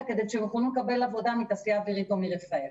כדי שהם יוכלו לקבל עבודה מתעשייה אווירית או מרפא"ל,